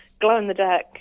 glow-in-the-dark